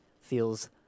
feels